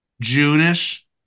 June-ish